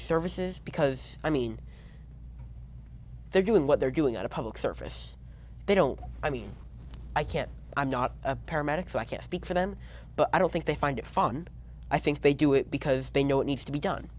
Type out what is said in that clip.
services because i mean they're doing what they're doing on a public service they don't i mean i can't i'm not a paramedic so i can't speak for them but i don't think they find it fun and i think they do it because they know what needs to be done